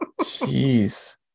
Jeez